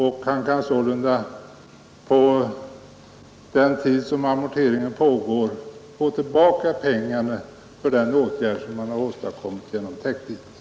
Under den tid som amorteringen pågår skall avkastningen från jordbruket normalt öka och kostnaderna för exempelvis täckdikning återfås genom ökade inkomster.